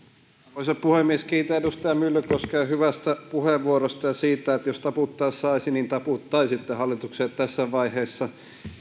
arvoisa puhemies kiitän edustaja myllykoskea hyvästä puheenvuorosta ja siitä että jos taputtaa saisi niin taputtaisitte hallitukselle tässä vaiheessa